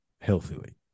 healthily